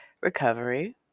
recovery